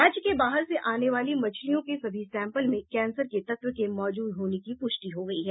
राज्य के बाहर से आने वाली मछलियों के सभी सैंपल में कैंसर के तत्व के मौजूद होने की पुष्टि हो गयी है